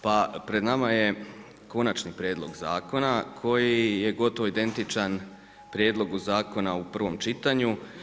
Pa pred nama je konačni prijedlog zakona koji je gotovo identičan prijedlogu zakona u prvom čitanju.